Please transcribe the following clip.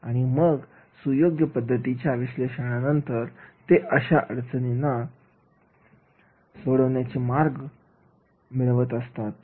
आणि मग सुयोग्य पद्धतीच्या विश्लेषणानंतर ते अशा अडचणींना सोडवण्याचे मार्ग मिळवत असतात